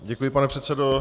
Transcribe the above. Děkuji, pane předsedo.